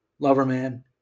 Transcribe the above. Loverman